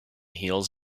heels